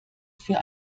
für